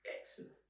Excellent